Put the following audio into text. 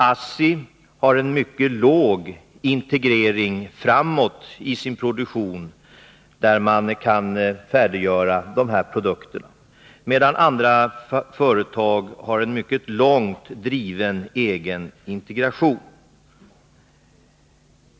ASSI har en mycket låg integrering framåt i sin produktion för att färdiggöra produkterna, medan andra företag har en mycket långt driven egen integration.